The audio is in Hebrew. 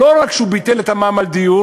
לא רק שהוא ביטל את המע"מ על דיור,